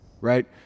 Right